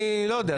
אני לא יודע.